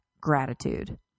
gratitude